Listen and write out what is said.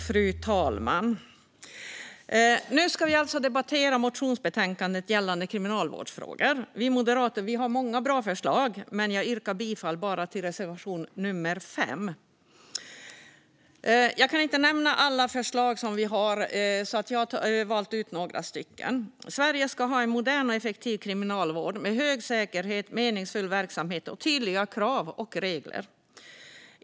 Fru talman! Nu ska vi alltså debattera motionsbetänkandet gällande kriminalvårdsfrågor. Vi moderater har många bra förslag, men jag yrkar bifall bara till reservation 5. Jag kan inte ta upp alla våra förslag, så jag har valt ut några stycken. Sverige ska ha en modern och effektiv kriminalvård med hög säkerhet, meningsfull verksamhet och tydliga krav och regler.